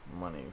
money